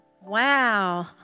Wow